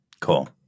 Cool